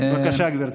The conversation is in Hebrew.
בבקשה, גברתי.